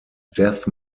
death